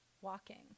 walking